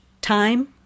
time